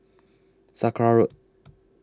Sakra Road